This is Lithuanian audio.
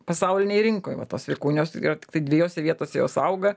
pasaulinėj rinkoj va tos vikunijos tai yra tiktai dviejose vietose jos auga